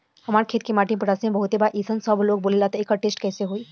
हमार खेत के माटी मे पोटासियम बहुत बा ऐसन सबलोग बोलेला त एकर टेस्ट कैसे होई?